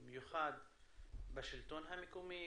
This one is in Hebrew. במיוחד בשלטון המקומי,